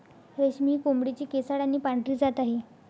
रेशमी ही कोंबडीची केसाळ आणि पांढरी जात आहे